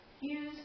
use